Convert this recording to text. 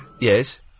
Yes